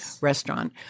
restaurant